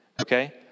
Okay